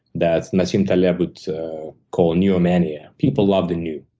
that nassim taleb would so call new mania. people love the new.